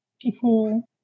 people